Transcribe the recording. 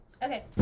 Okay